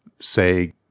say